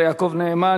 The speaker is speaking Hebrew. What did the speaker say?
השר יעקב נאמן.